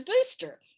booster